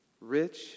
Rich